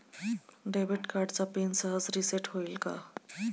Debit कार्डचा pin सहज reset होईल का?